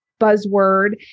buzzword